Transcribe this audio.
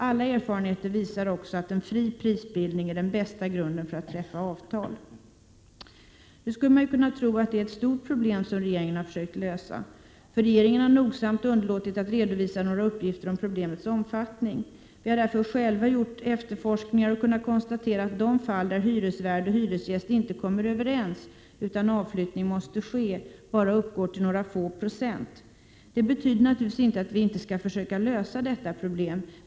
Alla erfarenheter visar också att en fri prisbildning är den bästa grunden för att träffa avtal. Nu skulle man ju kunna tro att det är ett stort problem som regeringen har försökt lösa. Men regeringen har nogsamt underlåtit att redovisa några uppgifter om problemets omfattning. Vi har därför själva gjort efterforskningar och kunnat konstatera att de fall där hyresvärd och hyresgäst inte kommer överens utan avflyttning måste ske bara uppgår till några få procent. Det betyder naturligtvis inte att vi inte skall försöka lösa detta problem.